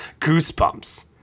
goosebumps